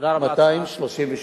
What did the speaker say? של שוטרים,